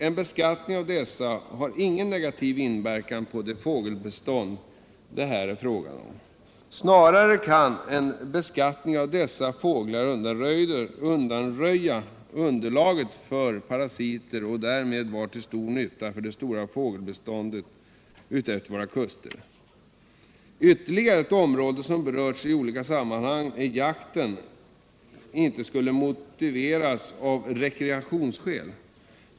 En beskattning av dessa har ingen negativ inverkan på det fågelbestånd det här är fråga om; snarare kan en beskattning av dessa hanfåglar undanröja underlaget för parasiter och därmed vara till stor nytta för det totala fågelbeståndet utefter våra kuster. Ytterligare ett område, som berörts i olika sammanhang, är att jakten inte skulle kunna motiveras av rekreationsskäl.